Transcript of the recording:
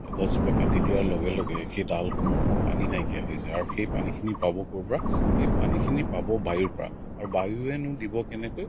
গছজোপা কাটি দিয়াৰ লগে লগে সেই ডালসমূহৰ পানী নাইকিয়া হৈ যায় আৰু সেই পানীখিনি পাব ক'ৰপৰা সেই পানীখিনি পাব বায়ুৰ পৰা আৰু বায়ুৱেনো দিব কেনেকৈ